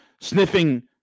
sniffing